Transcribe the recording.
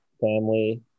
family